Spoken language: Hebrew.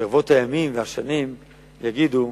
ברבות הימים והשנים יגידו: